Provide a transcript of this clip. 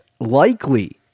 likely